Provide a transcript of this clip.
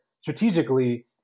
strategically